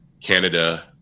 Canada